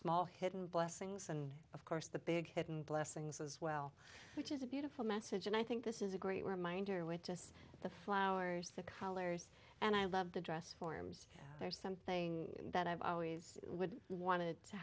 small hidden blessings and of course the big hidden blessings as well which is a beautiful message and i think this is a great reminder with just the flowers the colors and i love the dress forms they're something that i've always wanted to